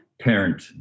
parent